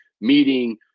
meeting